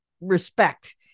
respect